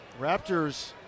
Raptors